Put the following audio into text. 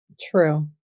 True